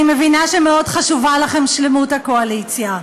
אני מבינה שמאוד חשובה לכם שלמות הקואליציה.